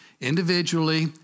individually